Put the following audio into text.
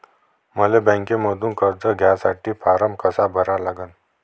मले बँकेमंधून कर्ज घ्यासाठी फारम कसा भरा लागन?